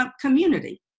community